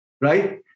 right